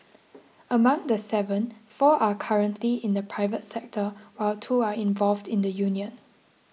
among the seven four are currently in the private sector while two are involved in the union